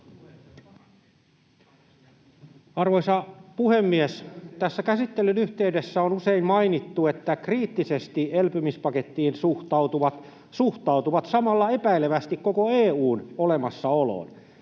Arvoisa puhemies! Tässä käsittelyn yhteydessä on usein mainittu, että kriittisesti elpymispakettiin suhtautuvat suhtautuvat samalla epäilevästi koko EU:n olemassaoloon.